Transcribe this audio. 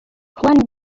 one